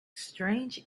strange